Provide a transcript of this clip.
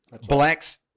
Blacks